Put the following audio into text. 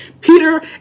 Peter